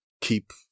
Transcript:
Keep